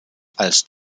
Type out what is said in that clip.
als